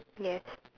yes